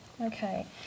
Okay